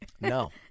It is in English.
No